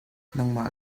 nangmah